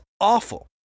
awful